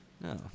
No